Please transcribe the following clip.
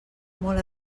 molt